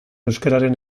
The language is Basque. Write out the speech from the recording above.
euskararen